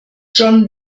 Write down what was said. john